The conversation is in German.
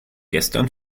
gestern